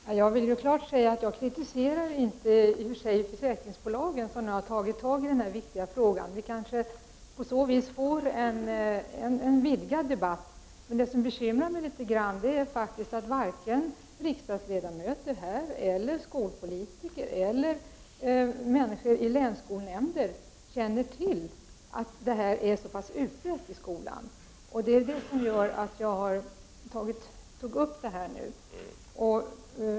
Herr talman! Jag vill klart säga att jag i och för sig inte kritiserar försäkringsbolagen som nu har gjort något i den här viktiga frågan. Vi kanske på så vis får en vidgad debatt. Det som bekymrar mig litet grand är faktiskt att varken riksdagsledamöter, skolpolitiker eller människor i länsskolnämnderna känner till att detta är så utbrett i skolan. Det var bl.a. därför jag tog upp denna fråga.